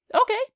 Okay